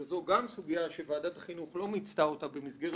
וזו גם סוגיה שוועדת החינוך לא מיצתה אותה במסגרת